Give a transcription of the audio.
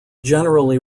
generally